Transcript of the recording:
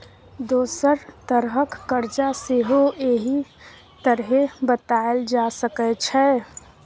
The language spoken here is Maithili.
दोसर तरहक करजा सेहो एहि तरहें बताएल जा सकै छै